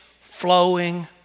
flowing